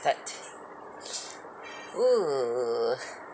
!woo!